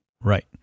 Right